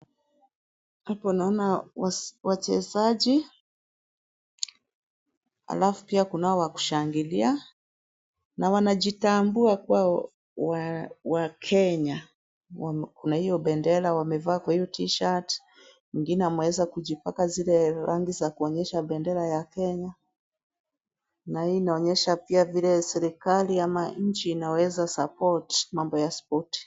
Hapo naona wachezaji alafu kunao wa kushangilia na wanajitambua kuwa wakenya wakona hio bendera wamevaa kwa hiyo t shirt , mweingine ameweza kujipaka zile rangi za kuonyesha bendera ya Kenya. Na hii pia inaonyesha vile serikali imeweza ku support mambo ya sport .